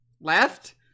Left